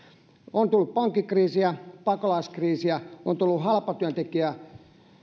on tullut pankkikriisiä pakolaiskriisiä on tullut halpatyöntekijäkriisiä